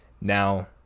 Now